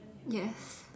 yes